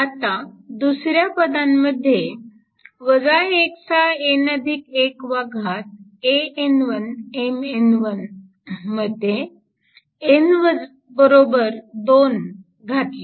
आता दुसऱ्या पदांमध्ये मध्ये n2 घातले